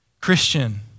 Christian—